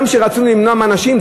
גם כשרצינו למנוע מאנשים,